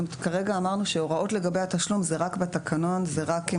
כרגע אמרנו שהוראות לגבי התשלום זה רק בתקנון ורק אם